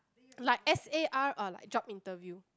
like S_A_R or like job interview